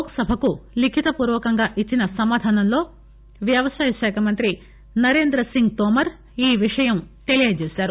లోక్ సభకు లిఖితపూర్వకంగా ఇచ్చిన సమాధానంలో వ్యవసాయ శాఖ మంత్రి నరేంద్రసింగ్ తోమర్ ఈ విషయం తెలిపారు